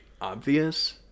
obvious